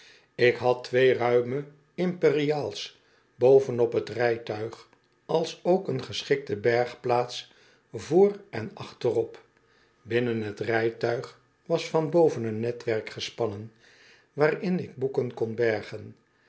ik had twee ruime imperials boven op t rijtuig alsook een geschikte bergplaats vooren achterop binnen t rijtuig was vanboven een netwerk gespannen waarin ik boeken kon bergen